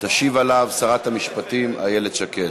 תשיב עליו שרת המשפטים איילת שקד.